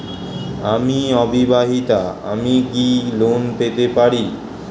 আমি অবিবাহিতা আমি কি লোন পেতে পারি?